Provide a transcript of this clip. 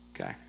Okay